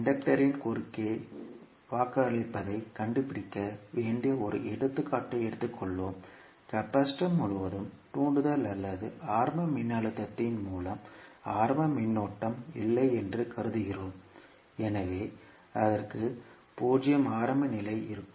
இன்டக்டரின் குறுக்கே வாக்களிப்பதைக் கண்டுபிடிக்க வேண்டிய ஒரு எடுத்துக்காட்டை எடுத்துக்கொள்வோம் கெபாசிட்டர் முழுவதும் தூண்டல் அல்லது ஆரம்ப மின்னழுத்தத்தின் மூலம் ஆரம்ப மின்னோட்டம் இல்லை என்று கருதுகிறோம் எனவே அதற்கு 0 ஆரம்ப நிலை இருக்கும்